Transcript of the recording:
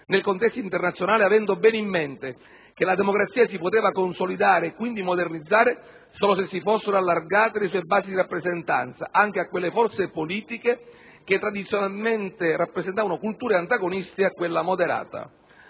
nel contesto internazionale, avendo ben in mente che la democrazia si poteva consolidare - e quindi modernizzare - solo se si fossero allargate le sue basi di rappresentanza anche a quelle forze politiche che tradizionalmente rappresentavano culture antagoniste a quella moderata.